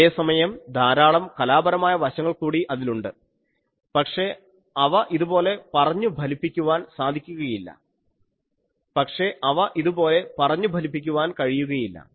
അതേസമയം ധാരാളം കലാപരമായ വശങ്ങൾ കൂടി അതിൽ ഉണ്ട് പക്ഷേ അവ ഇതുപോലെ പറഞ്ഞു ഫലിപ്പിക്കുവാൻ കഴിയുകയില്ല